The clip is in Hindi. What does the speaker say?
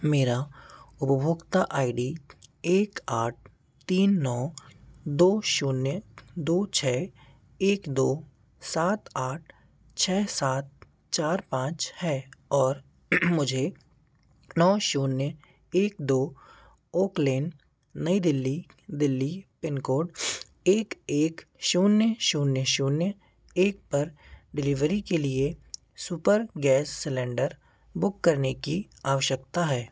मेरा उपभोक्ता आई डी एक आठ तीन नौ दो शून्य दो छः एक दो सात आठ छः सात चार पाँच है और मुझे नौ शून्य एक दो oak lane New Delhi Delhi pin code एक एक शून्य शून्य शून्य एक पर डिलीवरी के लिए सुपर गैस सिलेंडर बुक करने की आवश्यकता है